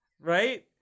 right